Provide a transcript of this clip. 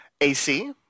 AC